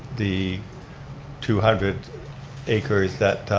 the two hundred acres that